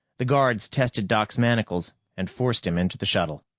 the guards tested doc's manacles and forced him into the shuttle.